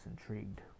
intrigued